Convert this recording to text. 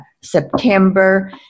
September